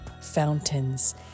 fountains